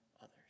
others